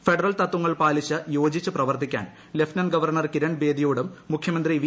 federal തത്വങ്ങൾ പാലിച്ച് യോജിച്ച് പ്രവർത്തിക്കാൻ ലെഫ്റ്റനന്റ് ഗവർണർ കിരൺ ബേദിയോടും മുഖ്യമന്ത്രി വി